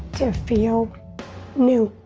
to feel new.